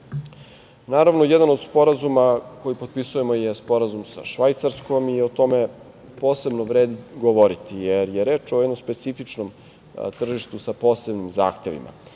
napredak. Naravno, jedan od sporazuma koji potpisujemo je Sporazum sa Švajcarskom i o tome posebno vredi govoriti, jer je reč o jednom specifičnom tržištu sa posebnim zahtevima.